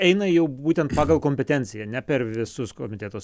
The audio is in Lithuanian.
eina jau būtent pagal kompetenciją ne per visus komitetus